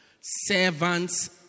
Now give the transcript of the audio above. Servants